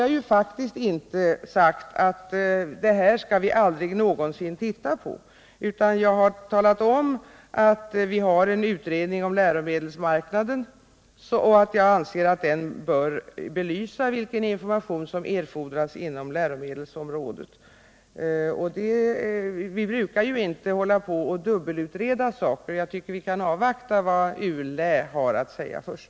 Jag har inte sagt att vi aldrig någonsin skall titta på SIL:s verksamhet, utan jag har talat om att det pågår en utredning om läromedelsmarknaden m.m., och jag anser att den bör belysa vilken information som erfordras inom läromedelsområdet. Vi brukar ju inte hålla på att dubbelutreda saker och ting. Jag anser att vi bör avvakta vad ULÄ har att säga först.